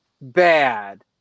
bad